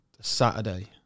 Saturday